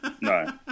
No